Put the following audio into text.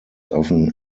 often